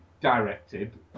directed